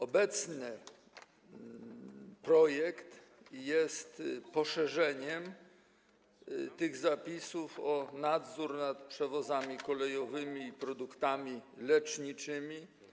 Obecny projekt jest poszerzeniem tych zapisów o nadzór nad przewozami kolejowymi i produktami leczniczymi.